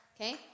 Okay